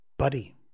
Buddy